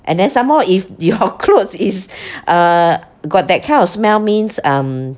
and then somemore if your clothes is uh got that kind of smell means um